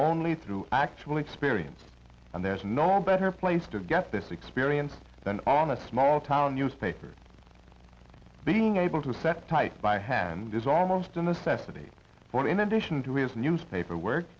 only through actual experience and there's no better place to get this experience than on a small town newspaper being able to set type by hand is almost a necessity for in addition to his newspaper work